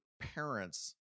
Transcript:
parents